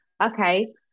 Okay